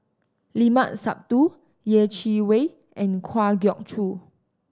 Limat Sabtu Yeh Chi Wei and Kwa Geok Choo